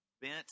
bent